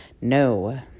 No